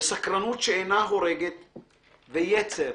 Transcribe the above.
וסקרנות שאינה הורגת / ויצר,